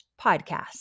podcast